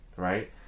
right